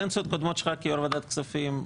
בקדנציות קודמות שלך כיו"ר ועדת כספים,